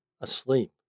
asleep